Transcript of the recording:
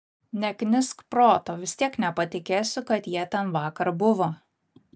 neknisk proto vis tiek nepatikėsiu kad jie ten vakar buvo